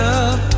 up